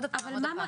למה?